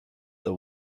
the